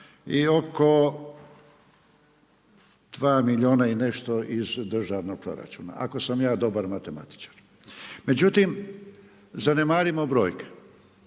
i oko 2 milijuna i nešto iz državnog proračuna ako sam ja dobar matematičar. Međutim, zanemarimo brojke.